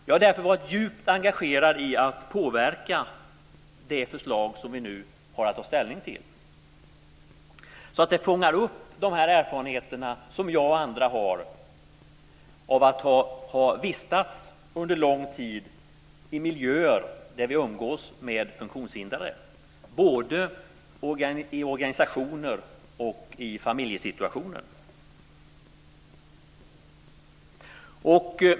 Jag har därför varit djupt engagerad i att påverka det förslag som vi nu har att ta ställning till så att det fångar upp de erfarenheter som jag och andra har av att ha vistats under lång tid i miljöer där vi umgås med funktionshindrade både i organisationer och i familjesituationer.